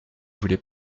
voulait